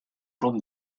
from